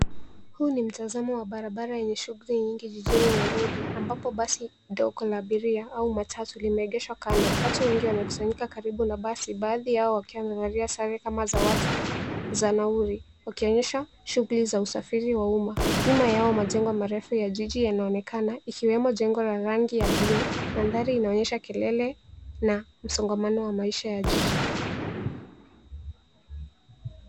Huu ni mtazamo wa barabara enye shughuli nyingi jijini Nairobi, ambapo basi ndogo la aberia au matatu limeegeshwa kando. Watu wengi wamekusanyika karibu na basi badhi ya wakiwa wamevalia sare kama za watu za nauli, zikionyesha shughuli za usafiri wa umma. Nyuma yao majengo marefu ya jiji yanaonekana ikiwemo jengo la rangi ya bluu. Maandari inaonyesha kelele na msongamano wa maisha ya jiji.